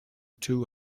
two